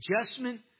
adjustment